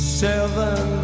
seven